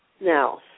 Now